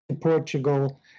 Portugal